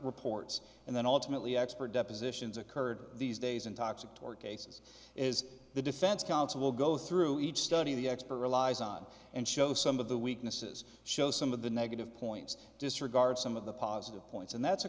reports and then ultimately expert depositions occurred these days in toxic tore cases is the defense counsel will go through each study the expert relies on and show some of the weaknesses show some of the negative points disregard some of the positive points and that's a